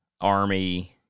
Army